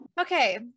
Okay